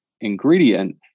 ingredient